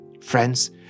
Friends